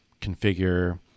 configure